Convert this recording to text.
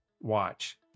watch